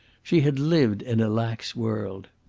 she had lived in a lax world.